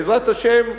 בעזרת השם,